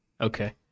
Okay